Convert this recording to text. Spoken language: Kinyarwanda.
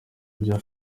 rya